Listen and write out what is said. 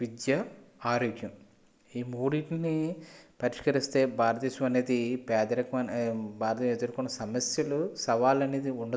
విద్యా ఆరోగ్యం ఈ మూడింటిని పరిష్కరిస్తే భారతదేశం అనేది పేదరికం భారతదేశం ఎదుర్కొన్న సమస్యలు సవాళ్ళు అనేది ఉండదు